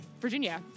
Virginia